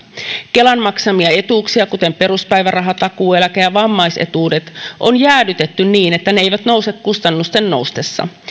kelan maksamia etuuksia kuten peruspäiväraha takuueläke ja vammaisetuudet on jäädytetty niin että ne eivät nouse kustannusten noustessa